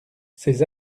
ces